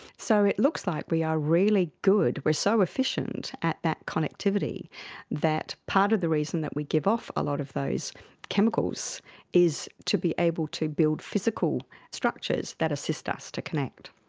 so it looks like we are really good, we're so efficient at that connectivity that part of the reason that we give off a lot of those chemicals is to be able to build physical structures that assist us to connect.